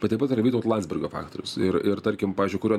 bet taip pat yra vytauto landsbergio faktorius ir ir tarkim pavyzdžiui kurio